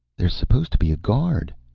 there's supposed to be a guard,